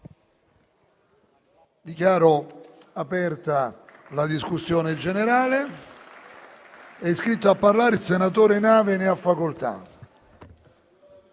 Dichiaro aperta la discussione generale. È iscritto a parlare il senatore Nave. Ne ha facoltà.